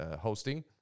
hosting